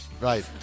Right